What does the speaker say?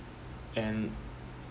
and